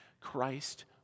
Christ